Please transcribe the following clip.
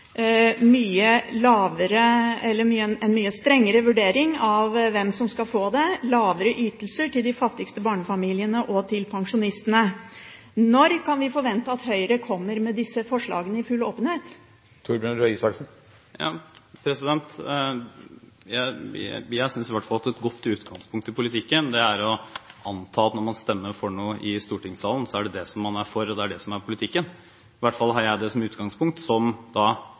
en mye strengere vurdering av hvem som skal få det, og lavere ytelser til de fattigste barnefamiliene og til pensjonistene. Når kan vi forvente at Høyre kommer med disse forslagene i full åpenhet? Jeg synes i hvert fall at et godt utgangspunkt i politikken er å anta at når man stemmer for noe i stortingssalen, er det det man er for, og det er det som er politikken. I hvert fall har jeg det som utgangspunkt, som